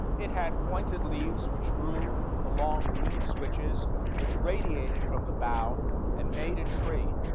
it had pointed leaves which grew along green switches which radiated from the bow and made a tree,